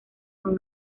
son